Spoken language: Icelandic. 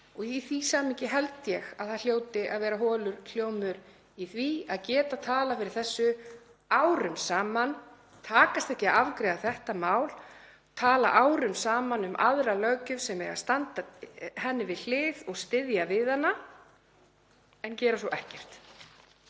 Í því samhengi held ég að það hljóti að vera holur hljómur í því að geta talað fyrir þessu árum saman en takast ekki afgreiða þetta mál, tala árum saman um aðra löggjöf sem á að standa henni við hlið og styðja við hana en gera svo ekkert.